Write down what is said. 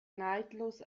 neidlos